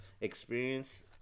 experience